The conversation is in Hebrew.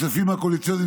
בכספים הקואליציוניים,